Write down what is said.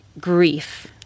Grief